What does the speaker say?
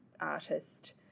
artist